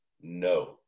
no